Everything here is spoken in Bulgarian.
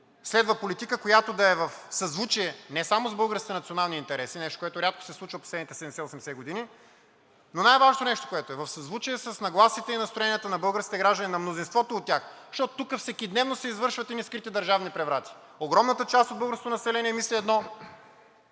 следва политика, която да е в съзвучие, не само с българските национални интереси, нещо, което рядко се случва последните 70 – 80 години, но най-важното нещо, което е, в съзвучие с нагласите и настроенията на българските граждани, на мнозинството от тях, защото тук всекидневно се извършват едни скрити държавни преврати. Огромната част от българското население мисли едно,